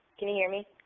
can you hear me?